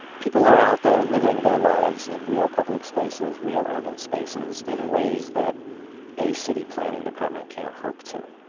people are out there living their lives in real public spaces, real urban spaces in ways that a city planning department can't hope to,